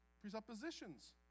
presuppositions